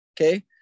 Okay